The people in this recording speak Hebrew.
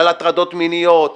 על הטרדות מיניות,